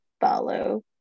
follow